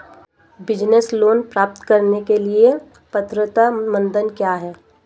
Business loan प्राप्त करने के लिए पात्रता मानदंड क्या हैं?